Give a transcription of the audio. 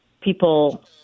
people